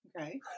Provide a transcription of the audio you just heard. Okay